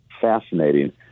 fascinating